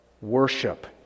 worship